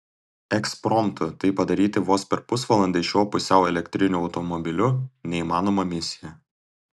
ekspromtu tai padaryti vos per pusvalandį su šiuo pusiau elektriniu automobiliu neįmanoma misija